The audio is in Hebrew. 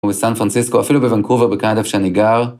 ‫ובסן פרנסיסקו, אפילו בונקובר, ‫בקנדה, איפה שאני גר.